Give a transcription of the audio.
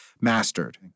mastered